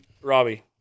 Robbie